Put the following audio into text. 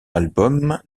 album